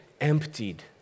emptied